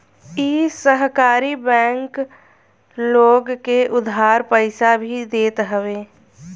इ सहकारी बैंक लोग के उधार पईसा भी देत हवे